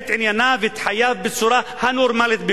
את ענייניו ואת חייו בצורה הנורמלית ביותר,